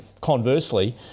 conversely